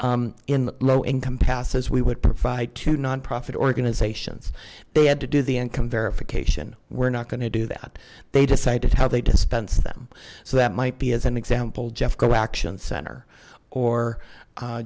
in low income passes we would provide to nonprofit organizations they had to do the income verification we're not going to do that they decided how they dispense them so that might be as an example jeffco action center or